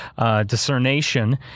Discernation